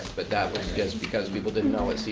but that was just because people didn't know what